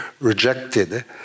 rejected